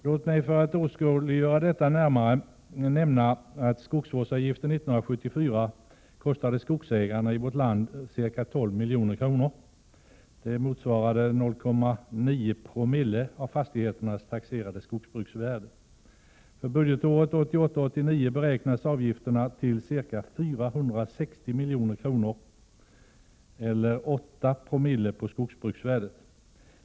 Låt mig för att åskådliggöra detta nämna, att skogsvårdsavgiften 1974 kostade skogsägarna i vårt land ca 12 milj.kr. Det motsvarar 0,9 promille av fastigheternas taxerade skogsbruksvärde. För budgetåret 1988/ 89 beräknas avgifterna till ca 460 milj.kr. eller 8 promille på skogsbruksvärdet.